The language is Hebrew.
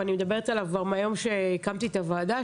ואני מדברת עליו כבר מהיום שהקמתי את הוועדה,